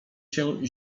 się